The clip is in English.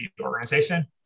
organization